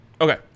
Okay